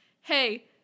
hey